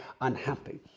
unhappy